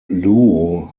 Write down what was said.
luo